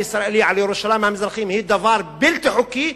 הישראלי על ירושלים המזרחית היא דבר בלתי חוקי,